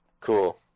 Cool